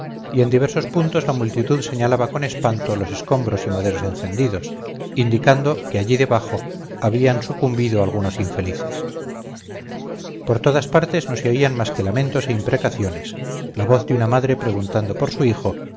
y en diversos puntos la multitud señalaba con espanto los escombros y maderos encendidos indicando que allí debajo habían sucumbido algunos infelices por todas partes no se oían más que lamentos e imprecaciones la voz de una madre preguntando por su hijo